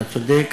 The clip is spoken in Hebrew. אתה צודק,